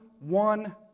one